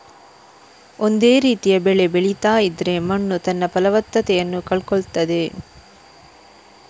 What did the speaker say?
ಒಂದೇ ರೀತಿಯ ಬೆಳೆ ಬೆಳೀತಾ ಇದ್ರೆ ಮಣ್ಣು ತನ್ನ ಫಲವತ್ತತೆಯನ್ನ ಕಳ್ಕೊಳ್ತದೆ